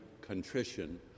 contrition